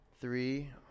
Three